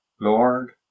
Lord